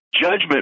Judgment